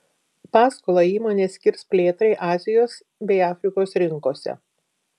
paskolą įmonė skirs plėtrai azijos bei afrikos rinkose